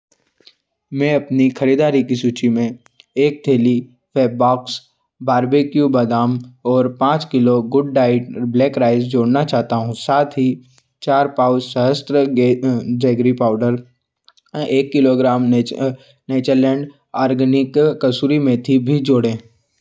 मैं अपनी खरीदारी की सूची में एक थैली फ़ैब बॉक्स बारबेक्यू बदाम और पाँच kilo good diet black rice जोड़ना चाहता हूँ साथ ही चार पाउच सहस्त्र गे जेगरी पाउडर किलो ग्राम नेच नेचर लैंड आर्गॅनिक कसूरी मेथी भी जोड़ें